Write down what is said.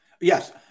Yes